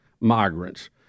migrants